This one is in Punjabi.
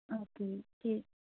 ਓਕੇ ਠੀਕ